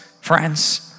friends